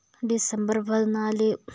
December പതിനാല്